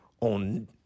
on